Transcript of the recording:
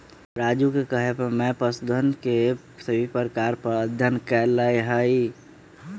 राजू के कहे पर मैं पशुधन के सभी प्रकार पर अध्ययन कैलय हई